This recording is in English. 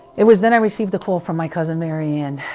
it was then i received a call from my cousin, marianne,